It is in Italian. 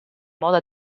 moda